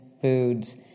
foods